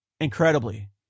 Incredibly